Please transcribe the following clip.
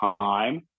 time